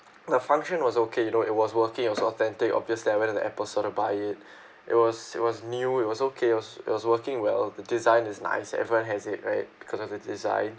the function was okay you know it was working it was authentic obviously I went to the Apple store to buy it it was it was new it was okay it was it was working well the design is nice everyone has it right because of the design